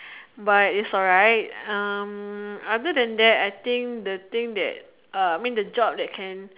but it's alright um other than that I think the thing that uh I mean the job that can